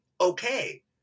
okay